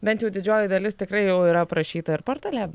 bent jau didžioji dalis tikrai jau yra aprašyta ir portale